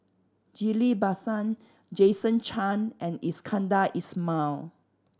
Ghillie Basan Jason Chan and Iskandar Ismail